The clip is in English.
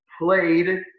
played